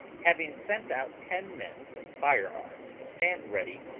having sent out ten men with firearms to stand ready,